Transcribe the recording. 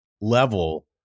level